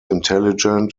intelligent